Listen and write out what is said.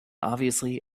obviously